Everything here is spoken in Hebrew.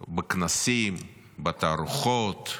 בכנסים, בתערוכות,